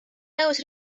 nõus